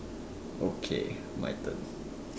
okay my turn